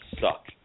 suck